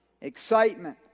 excitement